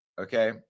okay